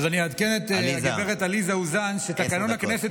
אני אעדכן את גב' עליזה אוזן שתקנון הכנסת